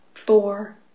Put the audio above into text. four